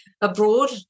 abroad